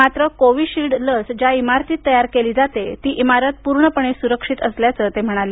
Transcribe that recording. मात्र कोविशिल्ड लस ज्या इमारतीत तयार केली जाते ती इमारत पूर्णपणे सुरक्षित असल्याचं ते म्हणाले